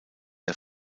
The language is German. der